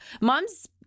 Moms